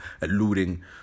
alluding